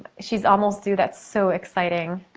she's almost due. that's so exciting.